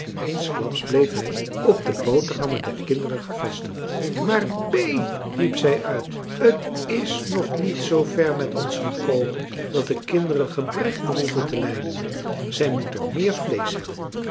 eensklaps bleef hij op de boterhammen der kinderen gevestigd maar bee riep zij uit het is noch niet zoover met ons gekomen dat de kinderen gebrek behoeven te lijden zij moeten meer vleesch hebben